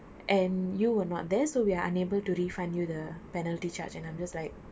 and you were not there so we are unable to refund you the penalty charge and I'm just like